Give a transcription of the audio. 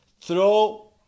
Throw